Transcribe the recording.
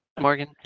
Morgan